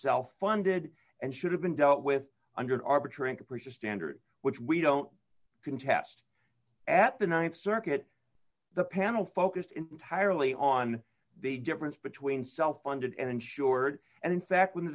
self funded and should have been dealt with under arbitrary capricious standards which we don't contest at the th circuit the panel focused entirely on the difference between self funded and insured and in fact when the